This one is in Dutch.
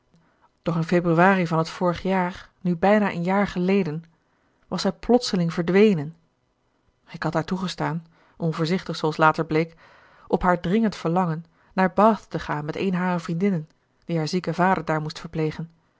doch in februari van het vorige jaar nu bijna een jaar geleden was zij plotseling verdwenen ik had haar toegestaan onvoorzichtig zooals later bleek op haar dringend verlangen naar bath te gaan met eene harer vriendinnen die haar zieken vader daar moest verplegen